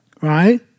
Right